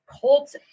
cult